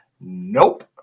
Nope